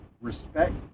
Respect